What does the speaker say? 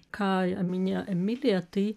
ką minėjo emilija tai